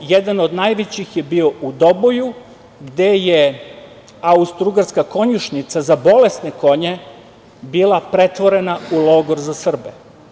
Jedan od najvećih je bio u Doboju, gde je austro-ugarska konjušnica za bolesne konje bila pretvorena u logor za Srbe.